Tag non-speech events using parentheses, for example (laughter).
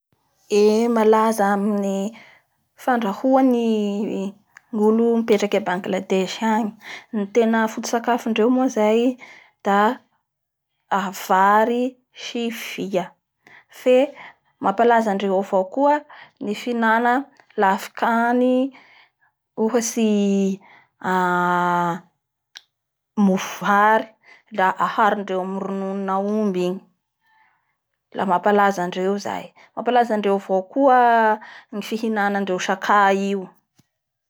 Ee! malaza amin'ny fandrahoa ny olo mipetraky a Bangladesy agny. Ny tena foton-tsakafondreo moa zay da vary sy fia, fe mampalaza andreo avao koa ny fihinanan lafikany ohatsy (hesitation) mofo vary. Da aharondreo amin'ny ronon'aomby igny la mampalaza andreo zay, Mampalaza andreo avao koa ny fihinanandreo sakay io